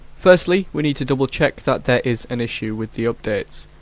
firstly, we need to double check that there is an issue with the updates,